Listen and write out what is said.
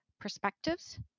perspectives